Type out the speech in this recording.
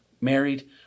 married